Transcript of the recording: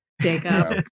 Jacob